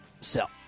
sell